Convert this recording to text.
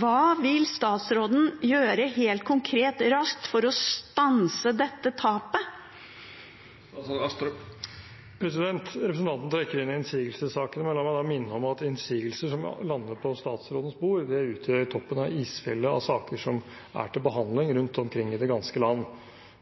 Hva vil statsråden gjøre helt konkret raskt for å stanse dette tapet? Representanten Andersen trekker inn innsigelsessakene. La meg da minne om at innsigelser som lander på statsrådens bord, utgjør toppen av isfjellet av saker som er til behandling rundt omkring i det ganske land.